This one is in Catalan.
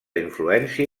influència